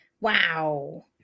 Wow